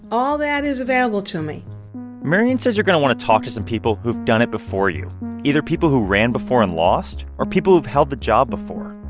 all that is available to me marian says you're going to want to talk to some people who've done it before you either people who ran before and lost or people who've held the job before.